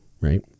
right